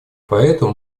поэтому